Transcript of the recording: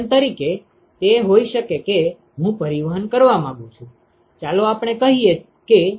ઉદાહરણ તરીકે તે હોઈ શકે કે હું પરિવહન કરવા માંગું છું ચાલો આપણે કહીએ કે x જથ્થો ઉષ્મા પરિવહન રેટ છે